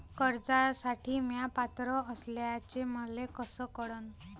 कर्जसाठी म्या पात्र असल्याचे मले कस कळन?